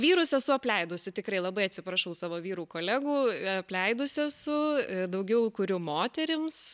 vyrus esu apleidusi tikrai labai atsiprašau savo vyrų kolegų apleidus esu daugiau kuriu moterims